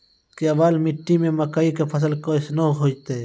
केवाल मिट्टी मे मकई के फ़सल कैसनौ होईतै?